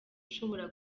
ushobora